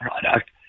product